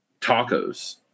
tacos